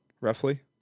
Roughly